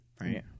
Right